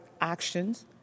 actions